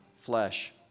flesh